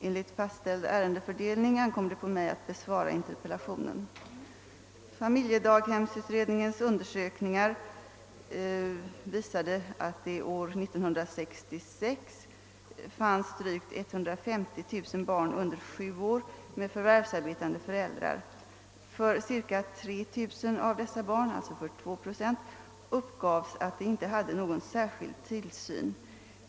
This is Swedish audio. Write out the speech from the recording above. Enligt fastställd ärendesfördelning ankommer det på mig att besvara interpellationen. särskild tillsyn.